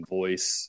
voice